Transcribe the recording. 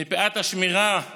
מפאת השמירה על